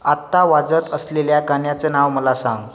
आत्ता वाजत असलेल्या गाण्याचं नाव मला सांग